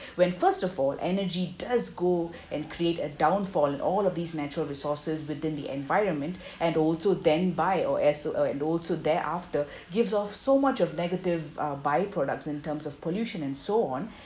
when first of all energy does go and create a downfall in all of these natural resources within the environment and also then buy or as uh and also thereafter gives off so much of negative uh by products in terms of pollution and so on